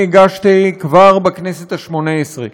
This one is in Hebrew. אני הגשתי כבר בכנסת השמונה-עשרה.